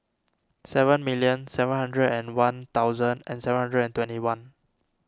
seven million seven hundred and one thousand and seven hundred and twenty one